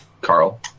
Carl